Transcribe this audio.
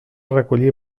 recollir